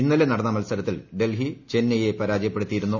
ഇന്നലെ നടന്ന മത്സരത്തിൽ ഡൽഹി ചെന്നൈയെ പരാജയപ്പെടുത്തിയിരുന്നു